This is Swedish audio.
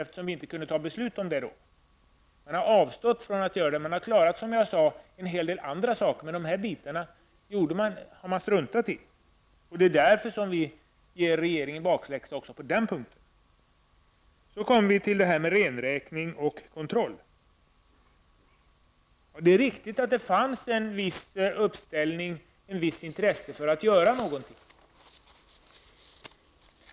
Men regeringen har struntat i dessa delar. Det är därför som vi ger regeringen bakläxa även på den punkten. Vidare har vi frågan om renräkning och kontroll. Det är riktigt att det finns ett intresse för att göra något.